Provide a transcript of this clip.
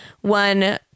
one